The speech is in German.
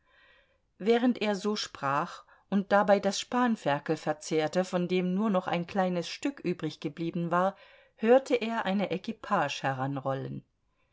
während er so sprach und dabei das spanferkel verzehrte von dem nur noch ein kleines stück übriggeblieben war hörte er eine equipage heranrollen